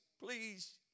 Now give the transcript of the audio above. Please